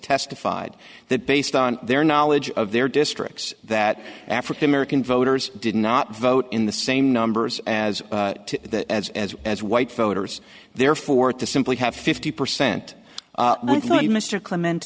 testified that based on their knowledge of their districts that african american voters did not vote in the same numbers as that as as as white voters therefore to simply have fifty percent mr clement